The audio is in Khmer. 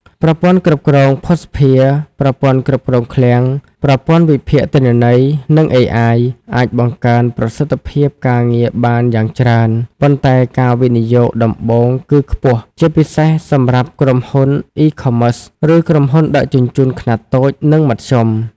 ប្រព័ន្ធគ្រប់គ្រងភស្តុភារ ប្រព័ន្ធគ្រប់គ្រងឃ្លាំង ប្រព័ន្ធវិភាគទិន្នន័យ និង AI អាចបង្កើនប្រសិទ្ធភាពការងារបានយ៉ាងច្រើន ប៉ុន្តែការវិនិយោគដំបូងគឺខ្ពស់ ជាពិសេសសម្រាប់ក្រុមហ៊ុន E-commerce ឬក្រុមហ៊ុនដឹកជញ្ជូនខ្នាតតូច និងមធ្យម។